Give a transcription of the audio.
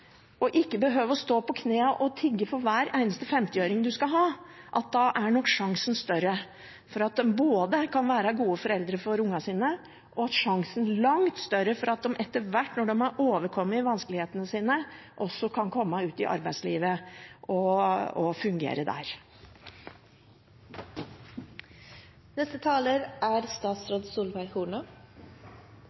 og ikke behøver å stå på kne og tigge for hver eneste femtiøring man skal ha, er sjansen større for at de kan være gode foreldre for ungene sine, og langt større for at de etter hvert, når de har overkommet vanskelighetene sine, også kan komme ut i arbeidslivet og fungere der. Det er